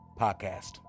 Podcast